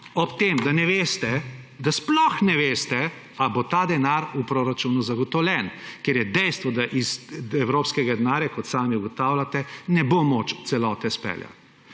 ob tem, da ne veste, da sploh ne veste, ali bo ta denar v proračunu zagotovljen, ker je dejstvo, da iz evropskega denarja, kot sami ugotavljate, ne bo moč celote izpeljati.